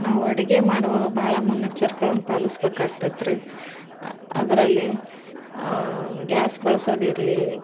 ನಾವು ಅಡುಗೆ ಮಾಡುವಾಗ ಭಾಳ ಮುನ್ನೆಚ್ಚರ್ಗಳನ್ನ ಪಾಲಿಸಬೇಕಾಗ್ತೈತ್ರಿ ಅದರಲ್ಲಿ ಗ್ಯಾಸ್ ಬಳಸೋದಿರ್ಲಿ